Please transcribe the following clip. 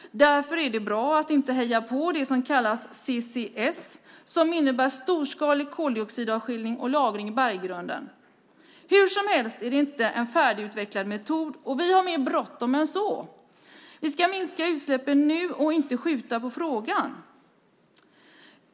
Därför är det bra att inte heja på det som kallas CCS som innebär storskalig koldioxidavskiljning och lagring i berggrunden. Hur som helst är det inte en färdigutvecklad metod, och vi har mer bråttom än så. Vi ska minska utsläppen nu och inte skjuta på frågan.